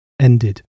ended